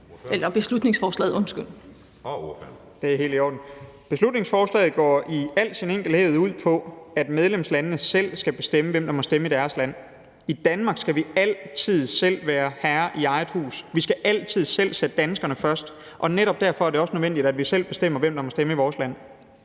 Beslutningsforslaget går i al sin enkelhed ud på, at medlemslandene selv skal bestemme, hvem der må stemme i deres land. I Danmark skal vi altid selv være herre i eget hus. Vi skal altid selv sætte danskerne først. Og netop derfor er det også nødvendigt, at vi selv bestemmer, hvem der må stemme i vores land.